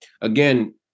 again